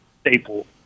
staple